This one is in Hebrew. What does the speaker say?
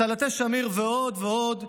סלטי שמיר ועוד ועוד,